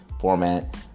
format